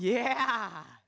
yeah